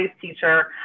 teacher